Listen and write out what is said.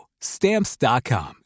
Stamps.com